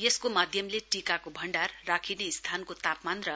यसको माध्यमले टीकाको भण्डार राखिने स्थानको तापमान र